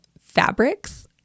fabrics